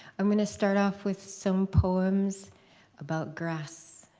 i'm going to start off with some poems about grass,